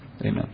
Amen